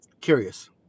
Curious